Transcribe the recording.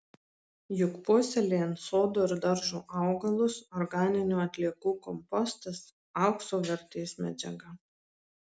juk puoselėjant sodo ir daržo augalus organinių atliekų kompostas aukso vertės medžiaga